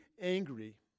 angry